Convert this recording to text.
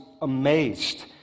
amazed